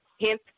Hence